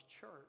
church